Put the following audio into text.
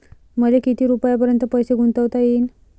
मले किती रुपयापर्यंत पैसा गुंतवता येईन?